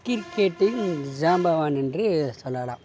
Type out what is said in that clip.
கிரிக்கெட்டின் ஜாம்பவான் என்று சொல்லலாம்